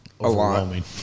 overwhelming